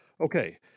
Okay